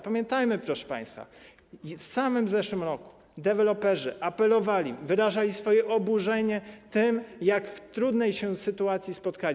Pamiętajmy, proszę państwa, że w samym zeszłym roku deweloperzy apelowali, wyrażali swoje oburzenie tym, w jak trudnej się sytuacji spotkali.